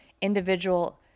individual